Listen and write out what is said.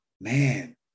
man